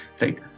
right